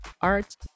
art